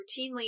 routinely